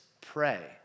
pray